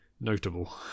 notable